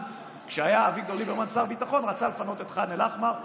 כשהיה אביגדור ליברמן שר ביטחון הוא רצה לפנות את ח'אן אל-אחמר,